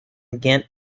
ghent